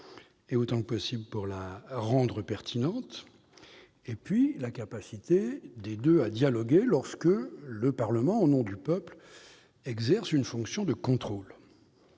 et, autant que possible, la rendre pertinente et, d'autre part, la capacité des deux à dialoguer lorsque le Parlement, au nom du peuple, exerce une fonction de contrôle.